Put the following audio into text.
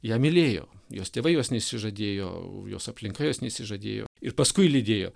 ją mylėjo jos tėvai jos neišsižadėjo jos aplinka jos neišsižadėjo ir paskui lydėjo